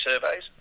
surveys